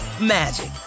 magic